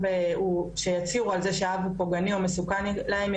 או שהצהירו על זה שהאב הוא פוגעני ומסוכן להם,